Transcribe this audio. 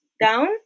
down